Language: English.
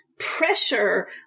pressure